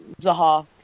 Zaha